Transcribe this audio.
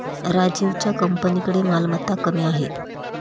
राजीवच्या कंपनीकडे मालमत्ता कमी आहे